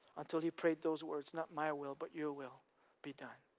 until he prayed those words, not my will, but your will be done.